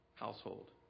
household